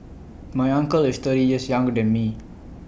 my uncle is thirty years younger than me